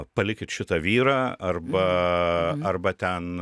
palikit šitą vyrą arba arba ten